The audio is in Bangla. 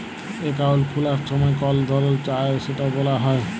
একাউল্ট খুলার ছময় কল ধরল চায় সেট ব্যলা যায়